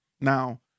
Now